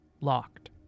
Locked